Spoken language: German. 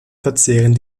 verzehren